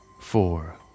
four